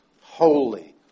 holy